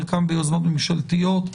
חלקם ביוזמות ממשלתיות.